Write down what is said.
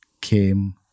came